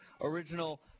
original